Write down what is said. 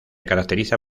caracteriza